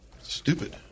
Stupid